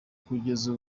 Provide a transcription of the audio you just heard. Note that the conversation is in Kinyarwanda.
kugeza